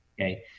Okay